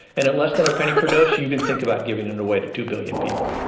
and at less than a penny per dose you can think about giving it and away to two billion people.